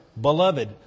Beloved